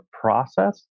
process